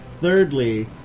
thirdly